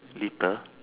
litter